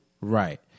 Right